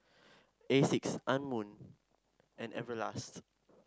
Asics Anmum and Everlast